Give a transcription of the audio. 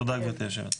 תודה גברתי יושבת הראש.